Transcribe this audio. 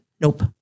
Nope